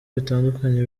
bitandukanye